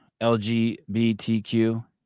LGBTQ